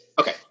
Okay